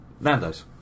Nando's